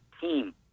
team